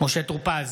משה טור פז,